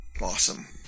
Awesome